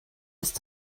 ist